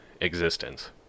existence